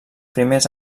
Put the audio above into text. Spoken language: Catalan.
primers